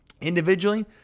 individually